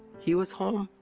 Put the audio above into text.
he was home,